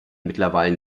mittlerweile